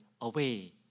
away